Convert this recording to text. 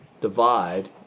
divide